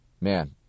man